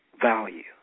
value